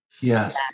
Yes